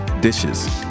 dishes